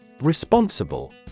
Responsible